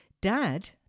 Dad